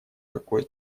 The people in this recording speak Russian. какой